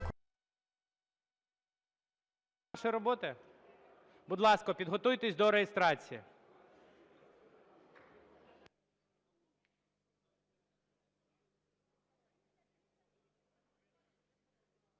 нашої роботи? Будь ласка, підготуйтесь до реєстрації.